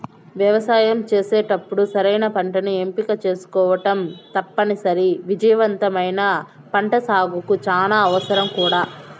వ్యవసాయం చేసేటప్పుడు సరైన పంటను ఎంపిక చేసుకోవటం తప్పనిసరి, విజయవంతమైన పంటసాగుకు చానా అవసరం కూడా